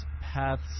paths